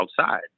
outside